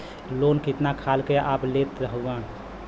Loan कितना खाल के आप लेत हईन?